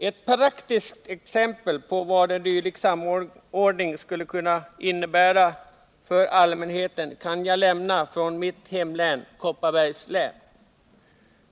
Ett praktiskt exempel på vad en dylik samordning skulle kunna innebära för allmänheten kan jag lämna från mitt hemlän, Kopparbergs län.